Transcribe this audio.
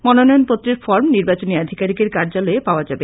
মনোনয়নপত্রের form নির্বাচনী আধিকারিকের কার্যালয়ে পাওয়া যাবে